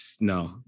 no